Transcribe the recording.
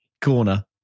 Corner